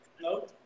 No